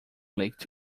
leaked